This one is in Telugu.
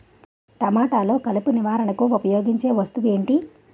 టమాటాలో కలుపు నివారణకు ఉపయోగించే వస్తువు ఏంటి?